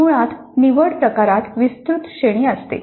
मुळात निवड प्रकारात विस्तृत श्रेणी असते